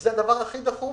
זה הדבר הכי דחוף